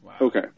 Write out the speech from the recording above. Okay